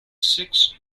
six